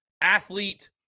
athlete